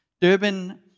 Durban